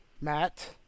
matt